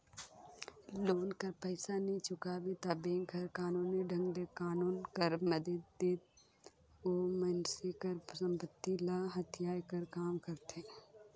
loan कर पइसा नी चुकाबे ता बेंक हर कानूनी ढंग ले कानून कर मदेत लेहत ओ मइनसे कर संपत्ति ल हथियाए कर काम करथे